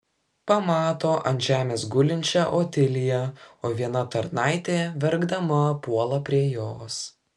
pamato ant žemės gulinčią otiliją o viena tarnaitė verkdama puola prie jos